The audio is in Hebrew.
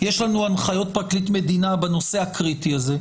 יש לנו הנחיות פרקליט מדינה בנושא הקריטי הזה.